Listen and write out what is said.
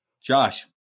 Josh